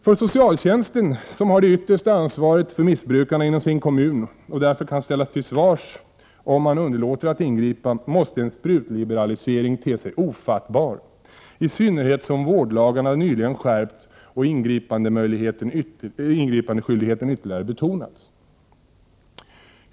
För socialtjänsten, som har det yttersta ansvaret för missbrukarna inom sin kommun och därför kan ställas till svars om man underlåter att ingripa, måste en sprutliberalisering te sig ofattbar, i synnerhet som vårdlagarna nyligen skärpts och ingripandeskyldigheten ytterligare betonats.